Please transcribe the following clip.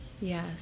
Yes